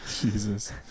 Jesus